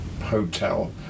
hotel